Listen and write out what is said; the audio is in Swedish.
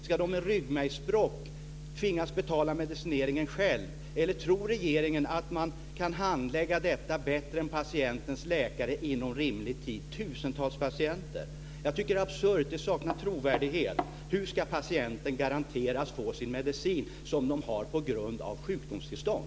Ska de som har ryggmärgsbråck tvingas betala medicineringen själva, eller tror regeringen att man kan handlägga detta bättre än patientens läkare inom rimlig tid? Det gäller alltså tusentals patienter. Jag tycker att det hela är absurt och saknar trovärdighet. Hur ska patienten garanterat få den medicin som patienten har på grund av ett sjukdomstillstånd?